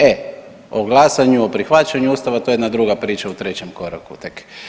E o glasanju, o prihvaćanju Ustava to je jedna druga priča u trećem koraku tek.